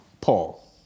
Paul